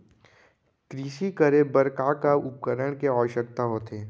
कृषि करे बर का का उपकरण के आवश्यकता होथे?